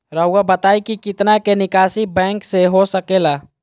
रहुआ बताइं कि कितना के निकासी बैंक से हो सके ला?